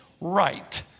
right